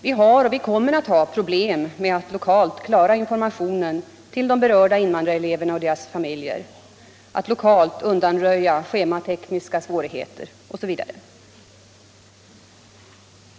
Vi har och kommer att ha problem lokalt med att klara information till de berörda invandrareleverna och deras familjer, undanröja schematekniska svårigheter osv.